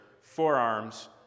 forearms